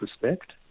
respect